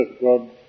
God